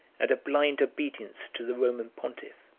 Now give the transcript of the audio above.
and a blind obedience to the roman pontiff.